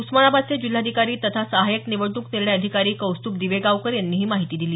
उस्मानाबादचे जिल्हाधिकारी तथा सहाय्यक निवडणूक निर्णय अधिकारी कौस्तभ दिवेगावकर यांनी ही माहिती दिली